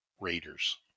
raiders